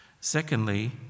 Secondly